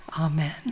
amen